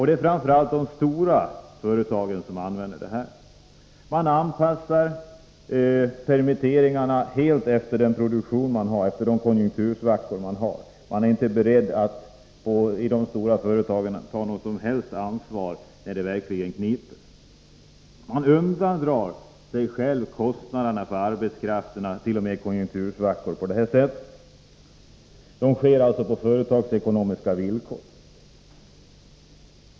Det är framför allt de stora företagen som tillämpar denna metod. Man anpassar permitteringarna helt efter produktionen och konjunktursvackorna. De stora företagen är inte beredda att ta något som helst ansvar när det verkligen kniper. I konjunktursvackor undandrar man sig på detta sätt kostnaderna för arbetskraften. Permitteringarna sker alltså på företagsekonomiska villkor.